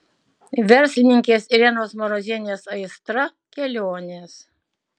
verslininkės irenos marozienės aistra kelionės